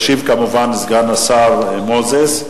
ישיב, כמובן, סגן השר מוזס.